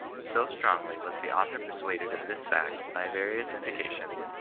so strongly was the author persuaded of this fact by various indications,